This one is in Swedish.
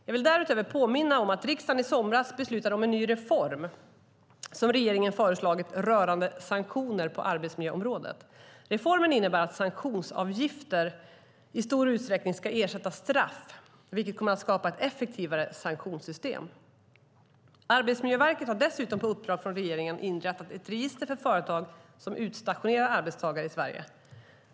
Jag vill därutöver påminna om att riksdagen i somras beslutade om en ny reform som regeringen föreslagit rörande sanktionerna på arbetsmiljöområdet. Reformen innebär att sanktionsavgifter i stor utsträckning ska ersätta straff, vilket kommer att skapa ett effektivare sanktionssystem. Arbetsmiljöverket har dessutom på uppdrag från regeringen inrättat ett register för företag som utstationerar arbetstagare i Sverige.